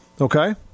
Okay